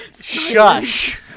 Shush